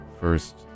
first